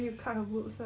ya